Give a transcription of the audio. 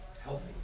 healthy